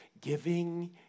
giving